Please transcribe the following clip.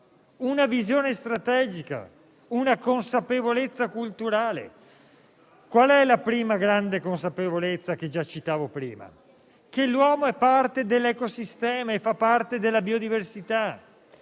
una visione strategica, una consapevolezza culturale. Qual è la prima grande consapevolezza che ho citato anche prima? Che l'uomo è parte dell'ecosistema e della biodiversità: